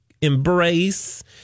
embrace